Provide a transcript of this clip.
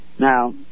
Now